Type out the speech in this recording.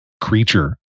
creature